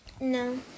No